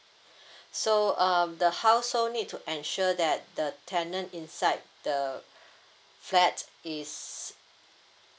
so um the household need to ensure that the tenant inside the flat is